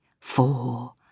four